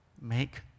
Make